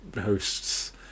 hosts